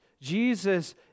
Jesus